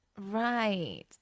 Right